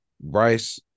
Bryce